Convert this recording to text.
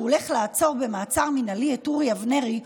הולך לעצור במעצר מינהלי את אורי אבנרי,